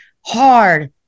hard